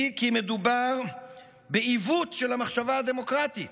היא שמדובר בעיוות של המחשבה הדמוקרטית.